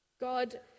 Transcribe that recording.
God